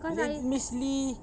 le~ miss lee